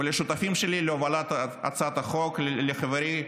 ולשותפים שלי להובלת הצעת החוק, לחברי,